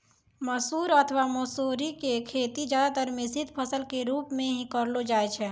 मसूर अथवा मौसरी के खेती ज्यादातर मिश्रित फसल के रूप मॅ हीं करलो जाय छै